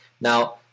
Now